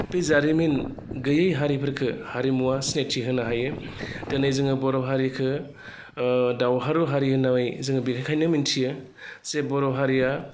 बे जारिमिन गैयै हारिफोरखौ हारिमुआ सिनायथि होनो हायो दिनै जोङो बर' हारिखो दावहारु हारि होननानै जोङो बेनिखायनो मिन्थियो जे बर' हारिया